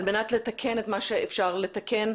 על מנת לתקן את מה שאפשר לתקן,